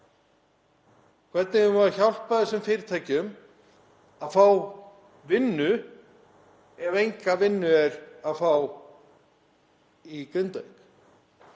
Hvernig eigum við að hjálpa þessum fyrirtækjum að fá vinnu ef enga vinnu er að fá í Grindavík,